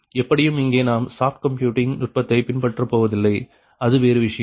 எப்படியும் இங்கே நாம் சாஃப்ட் கம்ப்யூட்டிங் நுட்பத்தை பின்பற்ற போவதில்லை அது வேறு விஷயம்